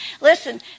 Listen